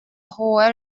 hohe